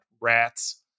rats